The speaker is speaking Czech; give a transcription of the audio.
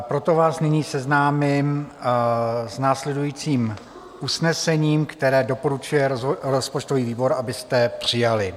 Proto vás nyní seznámím s následujícím usnesením, které doporučuje rozpočtový výbor, abyste přijali.